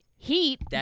heat